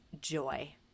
joy